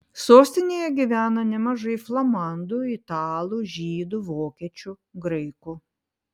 sostinėje gyvena nemažai flamandų italų žydų vokiečių graikų